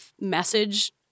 message